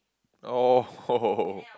oh